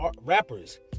rappers